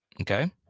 Okay